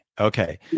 Okay